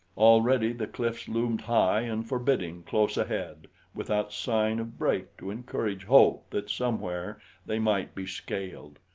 already the cliffs loomed high and forbidding close ahead without sign of break to encourage hope that somewhere they might be scaled.